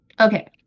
okay